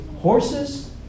horses